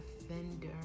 offender